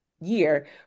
year